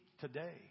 today